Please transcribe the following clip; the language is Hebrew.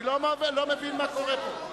אני לא מבין מה קורה פה.